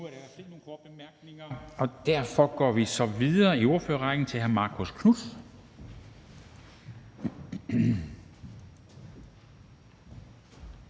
derfor går vi så videre i ordførerrækken til hr. Marcus Knuth,